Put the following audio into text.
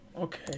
Okay